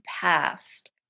past